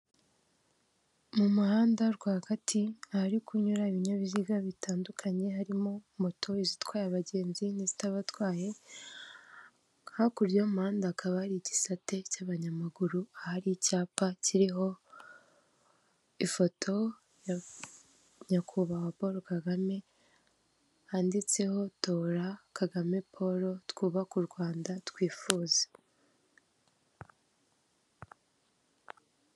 Mu muhanda rwagati ahari kunyura ibinyabiziga bitandukanye harimo moto zitwaye abagenzi n'izitabatwaye, hakurya y'umuhanda akaba ari igisate cy'abanyamaguru ahari icyapa cyiriho ifoto ya nyakubahwa Paul Kagame, handitseho tora Kagame Paul twubake u Rwanda twifuza.